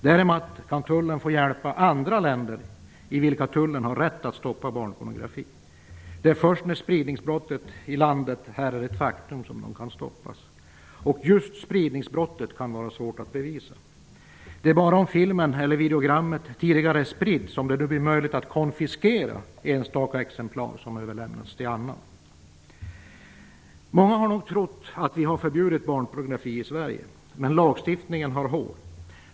Däremot kan tullen få hjälpa andra länder, i vilka tullen har rätt att stoppa barnpornografi. Det är först när spridningsbrottet i landet är ett faktum som de kan stoppas. Och just spridningsbrottet kan vara svårt att bevisa. Det är bara om filmen eller videogrammet tidigare är spritt som det nu blir möjligt att konfiskera enstaka exemplar som överlämnas till annan. Många har nog trott att vi har förbjudit barnpornografi i Sverige. Men lagstiftningen har hål.